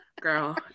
girl